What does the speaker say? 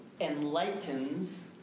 enlightens